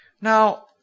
Now